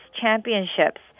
championships